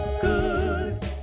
good